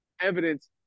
evidence